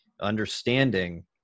understanding